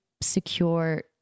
secure